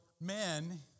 men